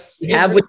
Yes